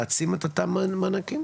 להעצים את אותם מענקים?